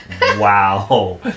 wow